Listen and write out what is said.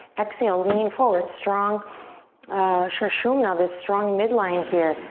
exhale, lean forward. strong sushumna, this strong midline here.